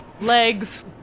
legs